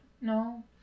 No